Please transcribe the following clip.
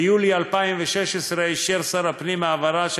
ביולי 2016 אישר שר הפנים העברה של